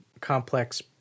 complex